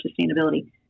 sustainability